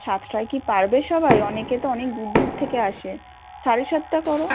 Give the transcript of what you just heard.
সাতটায় কি পারবে সবাই অনেকে তো অনেক দূর দূর থেকে আসে সাড়ে সাতটা করো